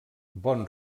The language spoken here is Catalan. bon